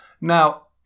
Now